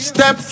Step